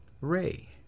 Ray